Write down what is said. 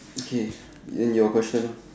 okay in your question